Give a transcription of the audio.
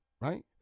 right